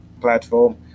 platform